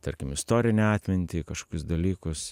tarkim istorinę atmintį kažkokius dalykus